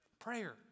Prayer